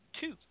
two